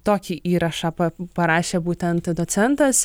tokį įrašą parašė būtent docentas